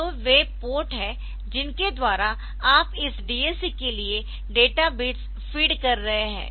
तो वे पोर्ट है जिनके द्वारा आप इस DAC के लिए डेटा बिट्स फीड कर रहे है